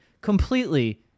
completely